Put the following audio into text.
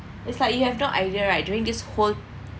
it's like you have no idea right during this whole